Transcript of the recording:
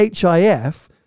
HIF